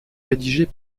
rédigés